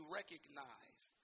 recognize